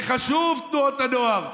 וחשובות תנועות הנוער,